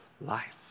life